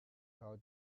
how